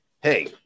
hey